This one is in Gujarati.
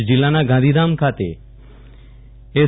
કચ્છ જિલ્લાના ગાંધીધામ ખાતે એસ